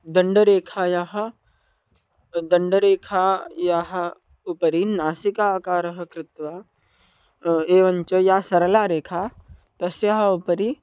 दण्डरेखायाः दण्डरेखायाः उपरि नासिकाकारं कृत्वा एवञ्च या सरला रेखा तस्याः उपरि